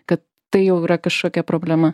kad tai jau yra kažkokia problema